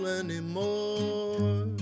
anymore